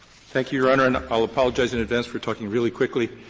thank you, your honor, and i'll apologize in advance for talking really quickly.